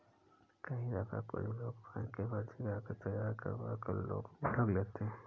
कई दफा कुछ लोग बैंक के फर्जी कागज तैयार करवा कर लोगों को ठग लेते हैं